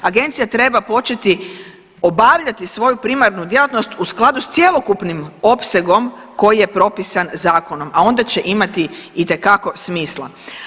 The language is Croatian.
Agencija treba početi obavljati svoju primarnu djelatnost u skladu s cjelokupnim opsegom koji je propisan zakonom, a onda će imati itekako smisla.